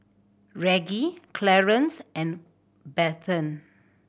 Reggie Clarance and Bethann